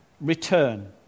Return